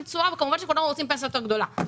תשואה וכמובן שכולם רוצים פנסיה יותר גבוהה,